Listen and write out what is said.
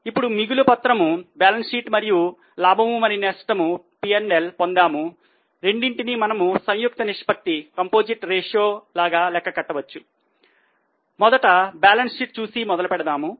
ఇప్పుడు మిగులు పత్రము చూసి మొదలు పెడదాము